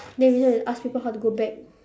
then we need to ask people how to go back